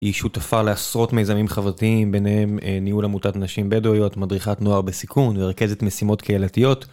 היא שותפה לעשרות מזמים חברתיים, ביניהם ניהול עמותת נשים בדואיות, מדריכת נוער בסיכון ורכזת משימות קהילתיות.